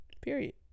Period